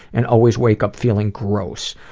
and always wake up feeling gross.